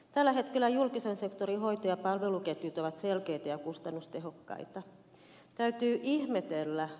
tällä hetkellä julkisen sektorin hoito ja palveluketjut ovat selkeitä ja kustannustehokkaita